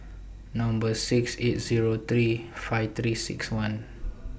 Number six eight Zero three five three six one